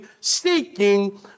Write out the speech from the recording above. Seeking